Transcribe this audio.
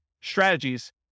strategies